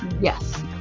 Yes